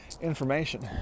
information